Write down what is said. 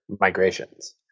migrations